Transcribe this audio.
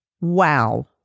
wow